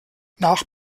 nach